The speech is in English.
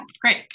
great